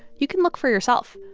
you can look for yourself.